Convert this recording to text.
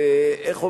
איך אומרים?